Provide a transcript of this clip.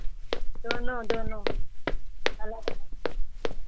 दोनों दोनों अलग अलग